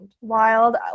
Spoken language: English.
Wild